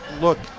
look